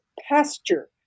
pasture